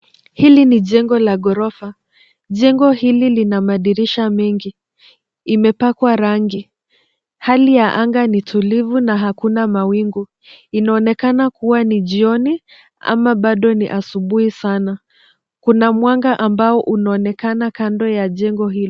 Hili ni jengo la gorofa, jengo hili lina madirisha mengi. Imepakwa rangi. Hali ya anga ni tulivu na hakuna mawingu. Inaonekana kuwa ni jioni ama bado ni asubuhi sana. Kuna mwanga ambao unaonekana kando ya jengo hilo.